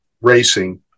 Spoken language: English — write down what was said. racing